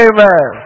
Amen